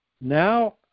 now